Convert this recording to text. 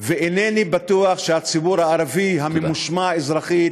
ואינני בטוח שהציבור הערבי הממושמע אזרחית